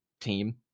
team